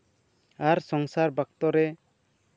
ᱟᱨ ᱥᱚᱝᱥᱟᱨ ᱵᱟᱠᱛᱚᱨᱮ